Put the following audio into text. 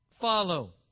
follow